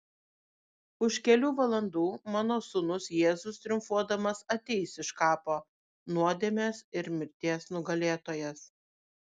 už kelių valandų mano sūnus jėzus triumfuodamas ateis iš kapo nuodėmės ir mirties nugalėtojas